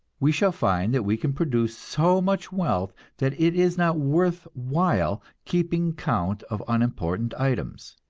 we shall find that we can produce so much wealth that it is not worth while keeping count of unimportant items.